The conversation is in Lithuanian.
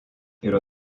yra